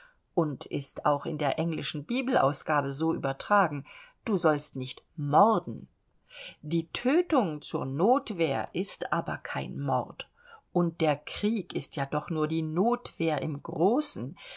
und ist auch in der englischen bibelausgabe so übertragen du sollst nicht morden die tötung zur notwehr ist aber kein mord und der krieg ist ja doch nur die notwehr im großen